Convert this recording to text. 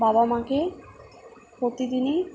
বাবা মাকে প্রতিদিনই